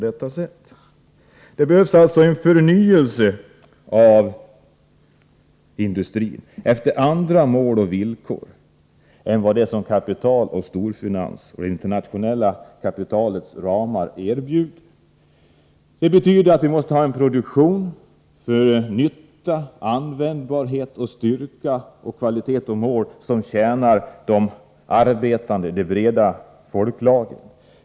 Det behövs alltså en förnyelse av industrin efter andra mål och villkor än vad kapital och storfinans och det internationella kapitalets ramar erbjuder. Det betyder att vi måste ha en produktion för nytta, användbarhet, styrka, kvalitet och mål, som tjänar de arbetande breda folklagren.